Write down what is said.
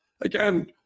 again